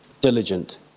diligent